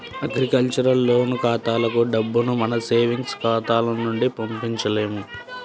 agriculture loan ఖాతాలకు డబ్బుని మన సేవింగ్స్ ఖాతాల నుంచి పంపించలేము